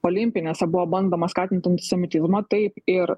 olimpinėse buvo bandoma skatinti antisemitizmą taip ir